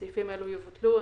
הסעיפים האלה יבוטלו.